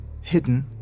Hidden